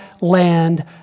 land